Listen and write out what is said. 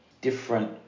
different